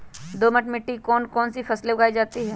दोमट मिट्टी कौन कौन सी फसलें उगाई जाती है?